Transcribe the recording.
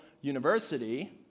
University